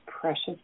precious